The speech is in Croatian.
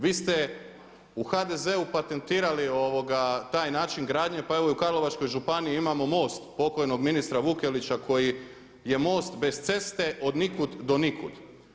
Vi ste u HDZ-u patentirali taj način gradnje, pa evo i u Karlovačkoj županiji imamo most pokojnog ministra Vukelića koji je most bez ceste od nikud do nikud.